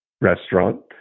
restaurant